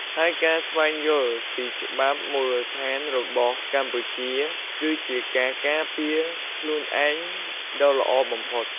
ហើយការស្វែងយល់ពីច្បាប់មូលដ្ឋានរបស់កម្ពុជា គឺជាការការពារខ្លួនឯងដ៏ល្អបំផុត។